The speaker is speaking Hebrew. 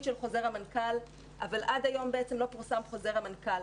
של חוזר המנכ"ל אבל עד היום לא פורסם חוזר המנכ"ל.